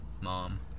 mom